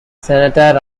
centaur